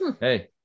hey